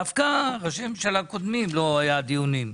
דווקא ראשי ממשלה קודמים לא היו דיונים.